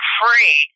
free